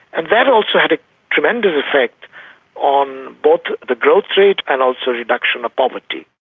and that also had a tremendous effect on both the growth rate and also reduction of poverty.